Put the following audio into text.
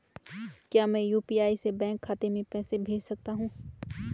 क्या मैं यु.पी.आई से बैंक खाते में पैसे भेज सकता हूँ?